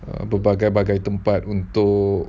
berbagai-bagai tempat untuk